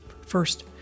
First